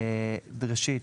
ראשית,